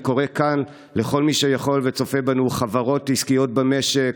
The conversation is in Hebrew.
אני קורא כאן לכל מי שיכול וצופה בנו חברות עסקיות במשק,